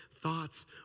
thoughts